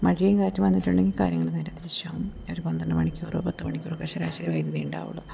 മഴയും കാറ്റും വന്നിട്ടുണ്ടെങ്കിൽ കാര്യങ്ങൾ നേരെ തിരിച്ചാവും ഒരു പന്ത്രണ്ട് മണിക്കൂറോ പത്ത് മണിക്കൂറൊ ഒക്കെ ശരാശരി വൈദ്യുതി ഉണ്ടാവുകയുളളു അപ്പം